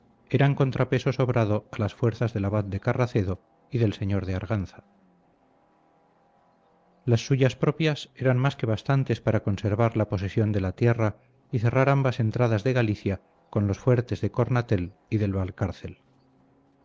eran contrapeso sobrado a las fuerzas del abad de carracedo y del señor de arganza las suyas propias eran más que bastantes para conservar la posesión de la tierra y cerrar ambas entradas de galicia con los fuertes de cornatel y del valcárcel